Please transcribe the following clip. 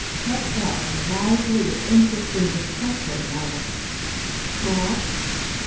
kept up a lively and interesting discussion of trusts,